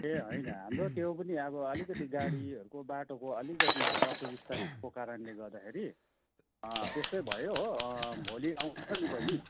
ए होइन हाम्रो त्यो पनि अब अलिकति गाडीहरूको बाटोको अलिकति असुविस्ताको कारणले गर्दाखेरि त्यस्तै भयो हो भोलि आउँछ नि बैनी